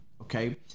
okay